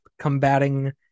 combating